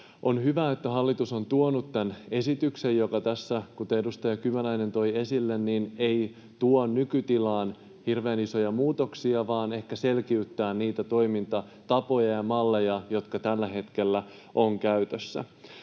On hyvä, että hallitus on tuonut tämän esityksen, joka — kuten edustaja Kymäläinen toi esille — ei tuo nykytilaan hirveän isoja muutoksia vaan ehkä selkiyttää niitä toimintatapoja ja malleja, jotka tällä hetkellä ovat käytössä.